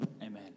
Amen